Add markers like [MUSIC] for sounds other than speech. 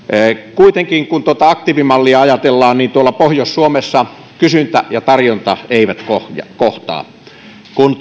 kuitenkin kun tuota aktiivimallia ajatellaan niin pohjois suomessa kysyntä ja tarjonta eivät kohtaa kun [UNINTELLIGIBLE]